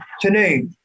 today